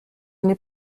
n’est